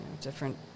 Different